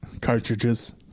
Cartridges